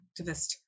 activist